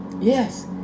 yes